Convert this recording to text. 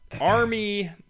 army